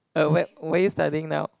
err where where are you studying now